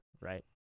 right